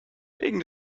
wegen